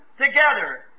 together